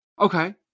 okay